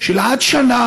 פרק זמן של עד שנה.